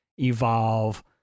evolve